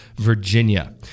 Virginia